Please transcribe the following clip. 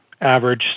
average